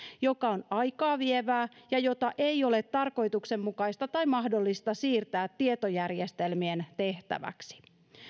joka on aikaa vievää ja jota ei ole tarkoituksenmukaista tai mahdollista siirtää tietojärjestelmien tehtäväksi